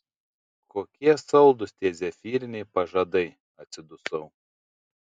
kokie saldūs tie zefyriniai pažadai atsidusau